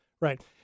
Right